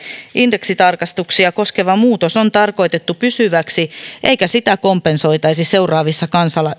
indeksitarkistuksia koskeva muutos on tarkoitettu pysyväksi eikä sitä kompensoitaisi seuraavissa